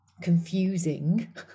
confusing